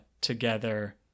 together